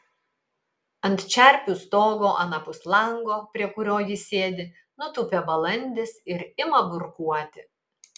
ant čerpių stogo anapus lango prie kurio ji sėdi nutūpia balandis ir ima burkuoti